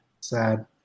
Sad